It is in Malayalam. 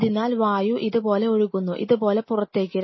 അതിനാൽ വായു ഇതുപോലെ ഒഴുകുന്നു ഇതുപോലെ പുറത്തേക്ക്